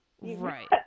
Right